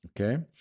Okay